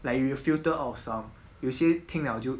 like you you filter out of some 有些听了就